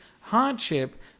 hardship